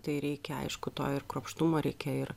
tai reikia aišku to ir kruopštumo reikia ir